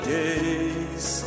days